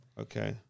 Okay